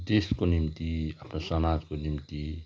देशको निम्ति हाम्रो समाजको निम्ति